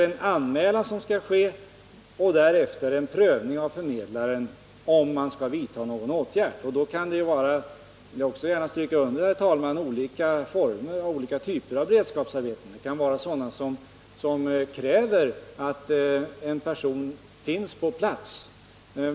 En anmälan skall alltså göras och därefter skall förmedlaren företa en prövning av huruvida någon åtgärd skall vidtas eller inte. Det finns också — och det vill jag gärna stryka under, herr talman — olika former och olika typer av beredskapsarbete. Somliga kräver att en person finns på plats.